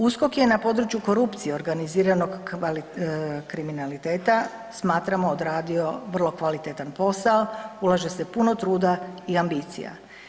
USKOK je na područje korupcije i organiziranog kriminaliteta smatramo odradio vrlo kvalitetan posao, ulaže se puno truda i ambicija.